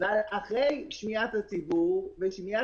מה שמשרד האוצר פרסם